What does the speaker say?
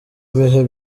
bihe